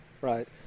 Right